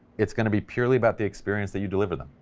it's gonna be purely about the experience that you deliver them.